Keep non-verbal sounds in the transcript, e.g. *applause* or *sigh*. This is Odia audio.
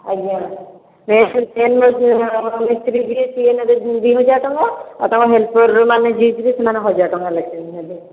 ଆଜ୍ଞା *unintelligible* ମିସ୍ତ୍ରୀ ଯିଏ ସେ ନେବେ ଦୁଇ ହଜାର ଟଙ୍କା ଆଉ ତାଙ୍କର ହେଲ୍ପର୍ମାନେ ଯିଏ ଯିବେ ସେମାନେ ହଜାରେ ଟଙ୍କା ଲେଖାଏଁ ନେବେ